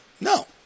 No